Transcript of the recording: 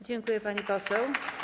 Dziękuję, pani poseł.